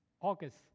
August